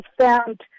found